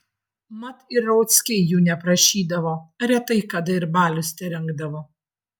mat ir rauckiai jų neprašydavo retai kada ir balius terengdavo